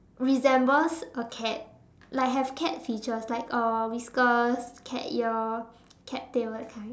resembles a cat like have cat features like uh whiskers cat ear cat tail that kind